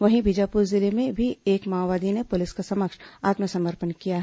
वहीं बीाजपुर जिले में भी एक माओवादी ने पुलिस के समक्ष आत्मसमर्पण किया है